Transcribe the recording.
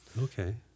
Okay